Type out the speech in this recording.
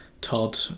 Todd